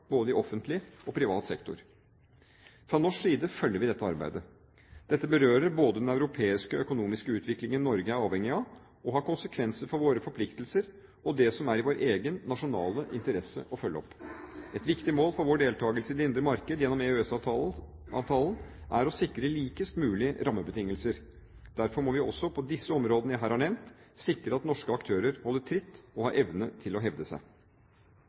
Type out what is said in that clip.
både i offentlig og i privat sektor. Fra norsk side følger vi dette arbeidet. Dette berører den europeiske, økonomiske utviklingen Norge er avhengig av, og har konsekvenser for våre forpliktelser og det som er i vår egen nasjonale interesse å følge opp. Et viktig mål for vår deltakelse i det indre marked gjennom EØS-avtalen er å sikre likest mulige rammebetingelser. Derfor må vi også på de områdene jeg her har nevnt, sikre at norske aktører holder tritt og har evne til å hevde seg.